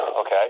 Okay